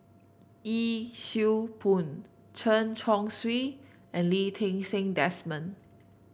Yee Siew Pun Chen Chong Swee and Lee Ti Seng Desmond